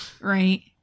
right